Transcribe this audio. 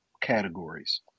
categories